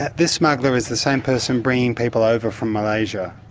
this smuggler is the same person bringing people over from malaysia.